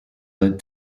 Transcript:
led